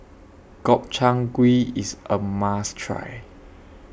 Gobchang Gui IS A must Try